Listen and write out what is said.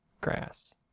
grass